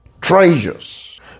treasures